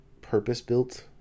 purpose-built